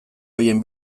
horien